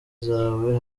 zawe